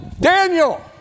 Daniel